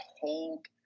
hold